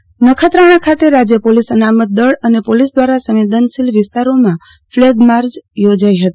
આરતી ભદ્દ નખત્રાણા ખાતે રાજ્ય પોલિસ અનામતદળ અને પોલીસ દ્વારા સંવેદનશીલ વિસ્તારોમાં ફલેગમાર્ચ યોજાઈ ફતી